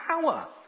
power